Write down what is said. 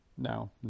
No